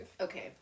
Okay